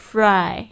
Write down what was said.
Fry